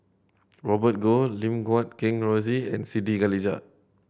Robert Goh Lim Guat Kheng Rosie and Siti Khalijah